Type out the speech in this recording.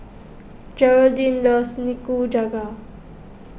Geraldine loves Nikujaga